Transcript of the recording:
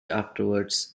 afterwards